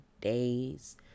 days